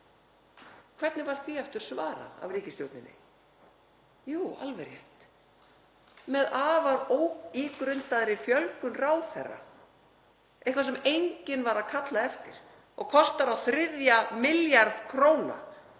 Hvernig var því aftur svarað af ríkisstjórninni? Jú, alveg rétt, með afar óígrundaðri fjölgun ráðherra, eitthvað sem enginn var að kalla eftir og kostar á þriðja milljarð króna.